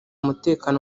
mutekano